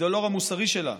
המגדלור המוסרי שלה.